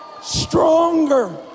stronger